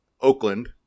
Oakland